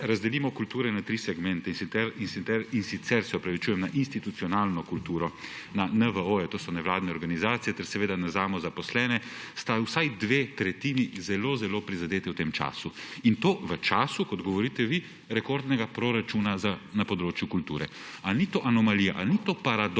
Če razdelimo kulturo na tri segmente, in sicer na institucionalno kulturo, na NVO, to so nevladne organizacije, ter na samozaposlene, sta vsaj dve tretjini zelo zelo prizadeti v tem času. In to v času, kot govorite vi, rekordnega proračuna na področju kulture. A ni to anomalija, a ni to paradoks?